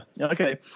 okay